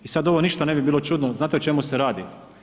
I sad ništa ne bi bilo čudno, znate o čemu se radi?